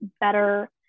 better